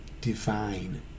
divine